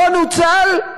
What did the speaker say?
לא נוצל,